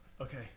Okay